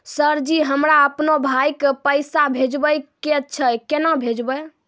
Sir ji हमरा अपनो भाई के पैसा भेजबे के छै, केना भेजबे?